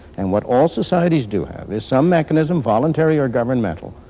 and what all societies do have, is some mechanism, voluntary or governmental,